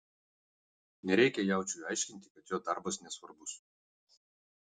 nereikia jaučiui aiškinti kad jo darbas nesvarbus